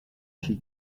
she